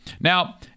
Now